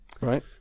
Right